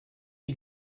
die